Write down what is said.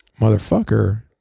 motherfucker